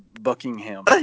Buckingham